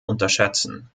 unterschätzen